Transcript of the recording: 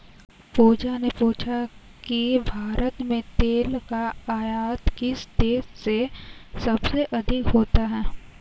पूजा ने पूछा कि भारत में तेल का आयात किस देश से सबसे अधिक होता है?